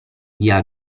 via